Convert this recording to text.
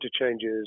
interchanges